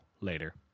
later